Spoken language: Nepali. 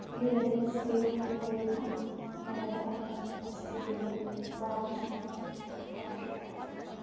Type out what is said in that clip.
United state of America Canada Australia France Africa